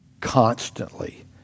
constantly